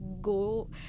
go